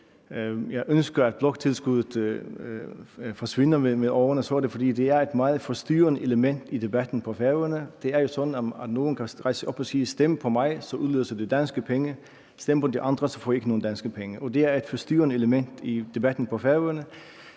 jeg ønsker, at bloktilskuddet forsvinder med årene, så er det, fordi det er et meget forstyrrende element i debatten på Færøerne. Der er jo sådan, at nogle kan rejse sig op og sige: Stem på mig, så udløser det danske penge. Stem på de andre, så får I ikke nogen danske penge. Det er et forstyrrende element i debatten på Færøerne,